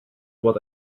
what